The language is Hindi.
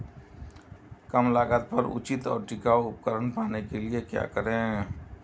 कम लागत पर उचित और टिकाऊ उपकरण पाने के लिए क्या करें?